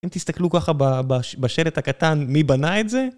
אם תסתכלו ככה בשלט הקטן, מי בנה את זה